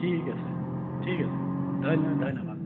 ঠিক আছে ঠিক আছে ধন্য ধন্যবাদ